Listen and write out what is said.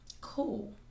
Cool